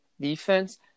defense